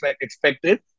expected